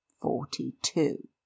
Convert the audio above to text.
forty-two